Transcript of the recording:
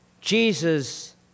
Jesus